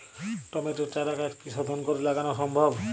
টমেটোর চারাগাছ কি শোধন করে লাগানো সম্ভব?